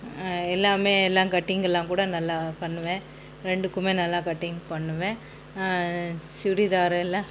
எல்லாமே எல்லாம் கட்டிங் எல்லாங் கூட நல்லா பண்ணுவேன் ரெண்டுக்குமே நல்லா கட்டிங் பண்ணுவேன் சுடிதாரில்